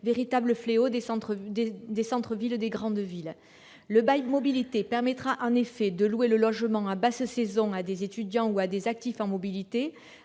véritable fléau des centres-villes des grandes villes. Le bail mobilité permettra en effet de louer le logement en basse saison à des étudiants ou à des actifs en mobilité,